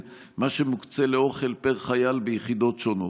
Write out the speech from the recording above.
מה שמוקצה לאוכל פר חייל ביחידות שונות,